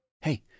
Hey